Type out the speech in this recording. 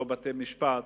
לא בתי-משפט